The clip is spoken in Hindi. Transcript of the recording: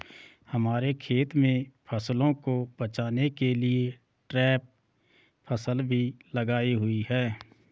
हमारे खेत में फसलों को बचाने के लिए ट्रैप फसल भी लगाई हुई है